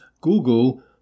Google